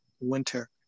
winter